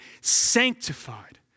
sanctified